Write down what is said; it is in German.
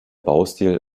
baustil